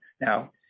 Now